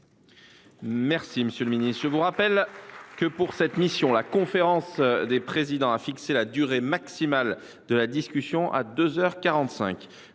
Santé », figurant à l’état B. Je vous rappelle que, pour cette mission, la conférence des présidents a fixé la durée maximale de la discussion à deux